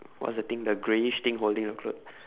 what's that thing the greyish thing holding your clothe~